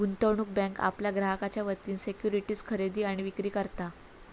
गुंतवणूक बँक आपल्या ग्राहकांच्या वतीन सिक्युरिटीज खरेदी आणि विक्री करता